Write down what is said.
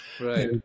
Right